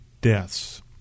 deaths